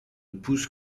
pousse